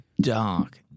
dark